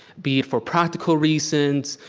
be it for practical reasons,